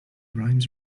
rhymes